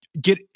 get